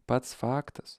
pats faktas